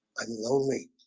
i'm lonely.